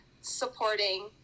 supporting